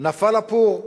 נפל הפור.